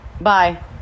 Bye